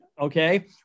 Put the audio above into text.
Okay